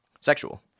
sexual